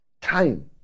time